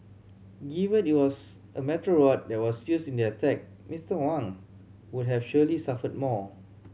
given it was a metal rod that was used in the attack Mister Wang would have surely suffered more